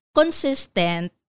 consistent